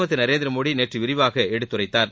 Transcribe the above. இந்திய நரேந்திரமோடி நேற்று விரிவாக எடுத்துரைத்தார்